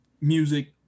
music